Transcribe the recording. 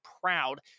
proud